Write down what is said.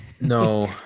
No